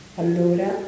allora